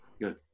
Good